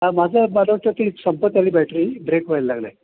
हां माझं मला वाटतं ती संपत आली बॅटरी ब्रेक व्हायला लागलं आहे